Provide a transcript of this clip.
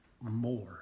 More